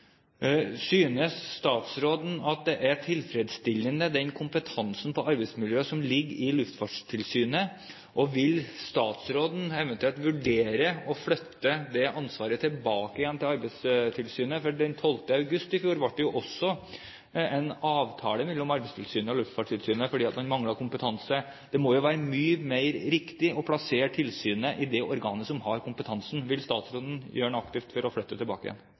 er tilfredsstillende? Og vil statsråden eventuelt vurdere å flytte dette ansvaret tilbake til Arbeidstilsynet igjen? Den 12. august i fjor inngikk Arbeidstilsynet og Luftfartstilsynet en samarbeidsavtale fordi man manglet kompetanse. Det må jo være mer riktig å plassere tilsynet i det organet som har kompetansen. Vil statsråden gjøre noe aktivt for å flytte det tilbake igjen?